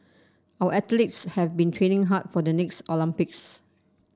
our athletes have been training hard for the next Olympics